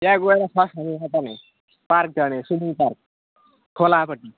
त्यहाँ गएर first park जाने स्विमिङ पार्क खोलापट्टि